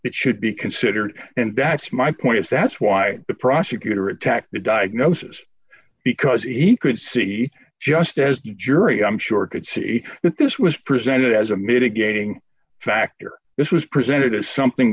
it should be considered and that's my point that's why the prosecutor attacked the diagnosis because he could see just as the jury i'm sure could see that this was presented as a mitigating factor this was presented as something